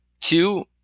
Two